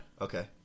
Okay